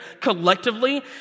collectively